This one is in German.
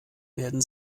werden